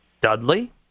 Dudley